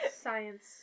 Science